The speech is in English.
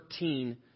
13